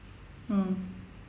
mm